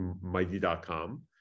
Mighty.com